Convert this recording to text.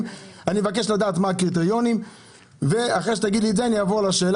אני הייתי במשרד הפנים ואני יודע מה היו עושים לנו עד שהיינו